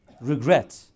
regret